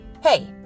Hey